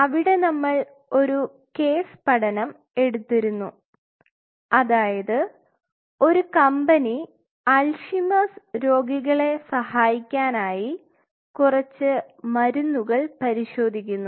അവിടെ നമ്മൾ ഒരു കേസ് പഠനം എടുത്തിരുന്നു അതായത് ഒരു കമ്പനി അൽഷീമേഴ്സ്Alzheimer's രോഗികളെ സഹായിക്കാനായി കുറച്ച് മരുന്നുകൾ പരിശോധിക്കുന്നു